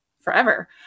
forever